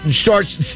starts